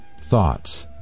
thoughts